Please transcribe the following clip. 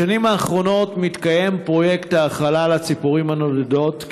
בשנים האחרונות מתקיים פרויקט האכלת הציפורים הנודדות,